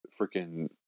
freaking